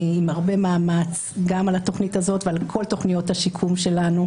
עם הרבה מאמץ גם על התכנית הזאת ועל כל תכניות השיקום שלנו